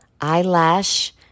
eyelash